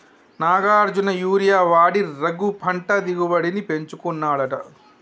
Nagarjuna urea వాడి రఘు పంట దిగుబడిని పెంచుకున్నాడట